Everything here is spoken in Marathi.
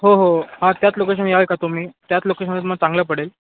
हो हो हां त्याच लोकेशन याल का तुम्ही त्याच लोकेशनला तुम्हाला चांगलं पडेल